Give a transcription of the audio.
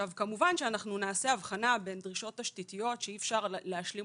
כמובן שאנחנו נעשה הבחנה בין דרישות תשתיתיות שאי אפשר להשלים